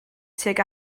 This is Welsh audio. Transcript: tuag